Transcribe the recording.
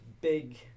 big